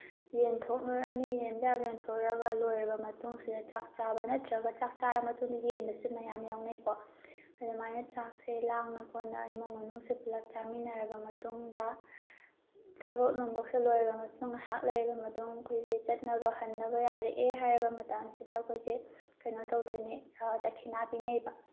ꯌꯦꯟꯊꯣꯛꯅꯔꯅꯤ ꯌꯦꯟꯕ ꯌꯥꯕ ꯌꯦꯟꯊꯣꯛꯎꯔꯑꯒ ꯂꯣꯏꯔꯕ ꯃꯇꯨꯡꯁꯤꯗ ꯆꯥꯛ ꯆꯥꯕ ꯅꯠꯇ꯭ꯔꯒ ꯆꯥꯛ ꯆꯥꯔ ꯃꯇꯨꯡꯗ ꯌꯦꯟꯕꯁꯨ ꯃꯌꯥꯝ ꯌꯥꯎꯅꯩꯀꯣ ꯑꯗꯨꯃꯥꯏꯅ ꯆꯥꯛꯁꯦ ꯂꯥꯡꯅ ꯈꯣꯠꯅ ꯏꯃꯨꯡ ꯃꯅꯨꯡꯁꯦ ꯄꯨꯂꯞ ꯆꯥꯃꯤꯟꯅꯔꯕ ꯃꯇꯨꯡꯗ ꯊꯕꯛ ꯅꯨꯡꯕꯛꯁꯦ ꯂꯣꯏꯔꯕ ꯃꯇꯨꯡ ꯉꯥꯏꯍꯥꯛ ꯂꯩꯔꯕ ꯃꯇꯨꯡ ꯑꯩꯈꯣꯏꯁꯦ ꯆꯠꯅꯕ ꯍꯟꯅꯕ ꯌꯥꯔꯛꯑꯦ ꯍꯥꯏꯔꯕ ꯃꯇꯝꯁꯤꯗ ꯑꯩꯈꯣꯏꯁꯦ ꯀꯩꯅꯣ ꯇꯧꯗꯣꯏꯅꯦ ꯗꯈꯤꯅꯥ ꯄꯤꯅꯩꯑꯕ